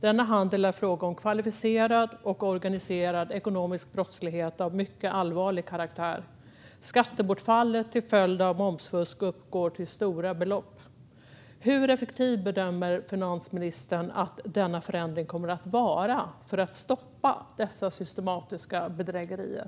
Denna handel är fråga om kvalificerad och organiserad ekonomisk brottslighet av mycket allvarlig karaktär. Skattebortfallet till följd av momsfusk uppgår till stora belopp. Hur effektiv bedömer finansministern att denna förändring kommer att vara för att stoppa dessa systematiska bedrägerier?